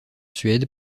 suède